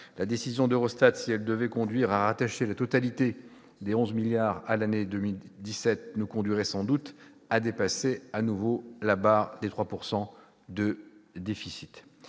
La décision d'Eurostat, si elle devait conduire à rattacher la totalité des 11 milliards d'euros à l'année 2017, nous conduirait sans doute à dépasser à nouveau la barre des 3 % de déficit.